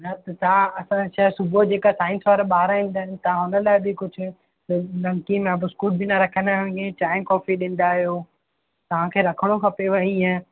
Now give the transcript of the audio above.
न त तव्हां असांजा छह सुबुह जेका साइंस वारा ॿार ईंदा आहिनि तव्हां हुन लाइ बि कुझु नमकीन या बिस्कुट बि न रखंदा आहियो इअं ई चांहि कॉफ़ी ॾींदा आहियो तव्हांखे रखिणो खपेव हीअं